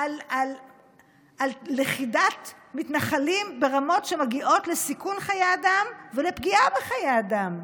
על לכידת מתנחלים ברמות שמגיעות לסיכון חיי אדם ולפגיעה בחיי אדם.